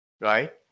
right